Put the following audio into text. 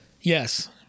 Yes